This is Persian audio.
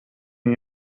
این